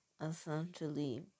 essentially